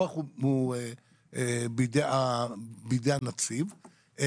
הכוח הוא בידי הנציב,